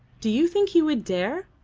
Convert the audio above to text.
do you think he would dare?